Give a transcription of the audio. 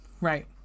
Right